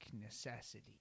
necessity